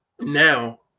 now